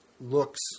looks